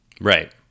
Right